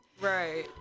Right